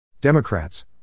Democrats